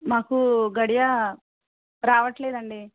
మాకు గడియ రావట్లేదండి